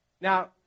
Now